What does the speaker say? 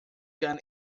gun